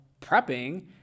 prepping